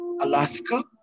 Alaska